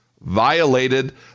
violated